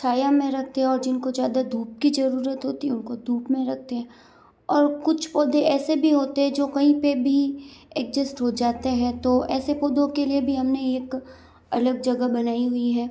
छाया में रखके और जिनको ज़्यादा धूप की ज़रूरत होती है उनको धूप में रखते हैं और कुछ पौधे ऐसे भी होते हैं जो कहीं पे भी एडजस्ट हो जाते हैं तो ऐसे पौधों के लिए भी हमने एक अलग जगह बनाई हुई है